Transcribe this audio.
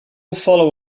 follow